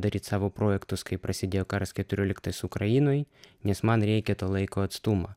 daryt savo projektus kai prasidėjo karas keturioliktais ukrainoj nes man reikia to laiko atstumą